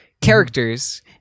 characters